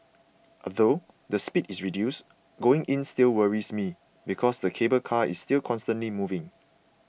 although the speed is reduced going in still worries me because the cable car is still constantly moving